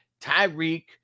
Tyreek